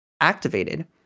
activated